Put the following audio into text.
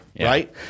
right